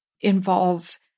involve